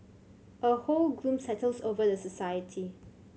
a whole gloom settles over the society